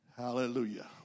Hallelujah